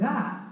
God